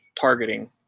targeting